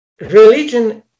religion